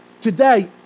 today